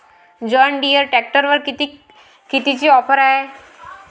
John Deere ट्रॅक्टरवर कितीची offer हाये?